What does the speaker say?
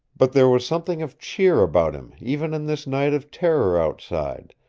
but there was something of cheer about him even in this night of terror outside,